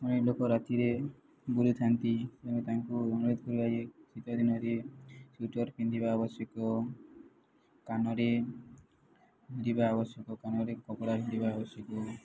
ଅନେକ ଲୋକ ରାତିରେ ବୁଲିଥାନ୍ତି ତେଣୁ ତାଙ୍କୁ ଅନୁରୋଧ କରିବା ଶୀତ ଦିନରେ ସ୍ଵିଟର୍ ପିନ୍ଧିବା ଆବଶ୍ୟକ କାନରେ ପିନ୍ଧିବା ଆବଶ୍ୟକ କାନରେ କପଡ଼ା ଆବଶ୍ୟକ